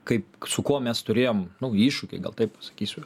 kaip su kuo mes turėjom naują iššūkį gal taip pasakysiu